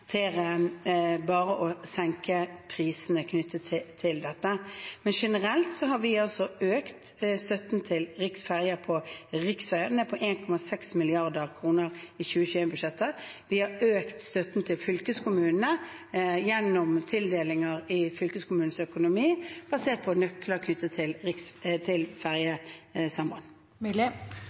å senke prisene. Generelt har vi økt støtten til riksferjer på riksveiene med 1,6 mrd. kr i 2021-budsjettet, og vi har økt støtten til fylkeskommunene gjennom tildelinger i fylkeskommunens økonomi, basert på nøkler knyttet til ferjesamband. Jeg synes verken samferdselsministeren forrige onsdag eller statsministeren nå viser veldig stor vilje til